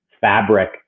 fabric